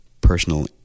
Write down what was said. personal